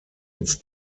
its